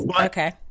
Okay